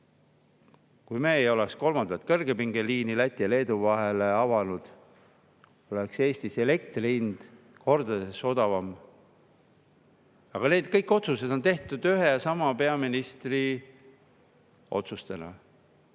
Kui me ei oleks avanud kolmandat kõrgepingeliini Läti ja Leedu vahel, siis oleks Eestis elektri hind kordades odavam. Aga kõik need otsused on tehtud ühe ja sama peaministri otsustena.